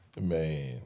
Man